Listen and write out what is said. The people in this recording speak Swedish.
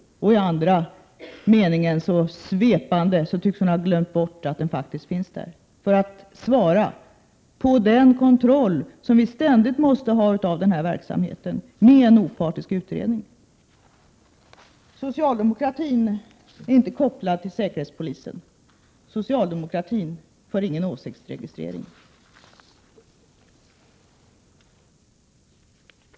Men i en annan mening har hon en svepande formulering som gör att man kan tro att hon har glömt bort att det redan finns en utredning — för att svara för den kontroll som vi ständigt måste ha av den här verksamheten genom en opartisk utredning. Socialdemokratin är inte kopplad till säkerhetspolisen. Socialdemokratin för ingen åsiktsregistrering.